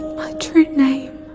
my true name,